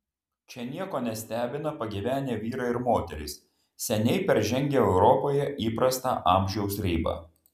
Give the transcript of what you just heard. čia nieko nestebina pagyvenę vyrai ir moterys seniai peržengę europoje įprastą amžiaus ribą